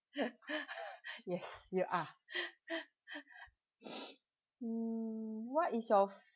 yes you are mm what is your f~